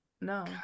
No